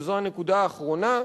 וזאת הנקודה האחרונה,